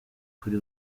kuri